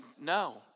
no